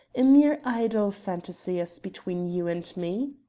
a mere idle phantasy as between you and me?